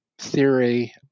theory